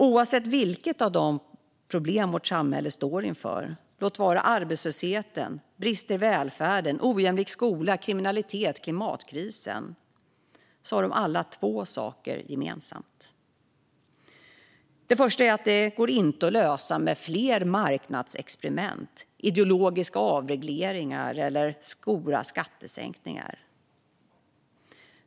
Oavsett vilket av de problem vårt samhälle står inför - låt vara arbetslösheten, bristerna i välfärden, den ojämlika skolan, kriminaliteten eller klimatkrisen - har de två saker gemensamt. Det första är att det inte går att lösa med hjälp av fler marknadsexperiment, ideologiska avregleringar eller stora skattesänkningar.